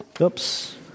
oops